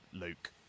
Luke